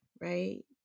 right